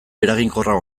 eraginkorra